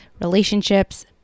relationships